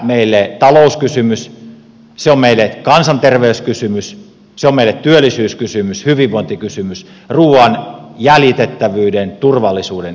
se on meille talouskysymys se on meille kansanterveyskysymys se on meille työllisyyskysymys hyvinvointikysymys ruuan jäljitettävyyden turvallisuuden kysymys